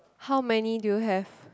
how many do you have